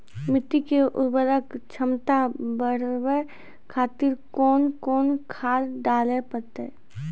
मिट्टी के उर्वरक छमता बढबय खातिर कोंन कोंन खाद डाले परतै?